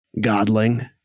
godling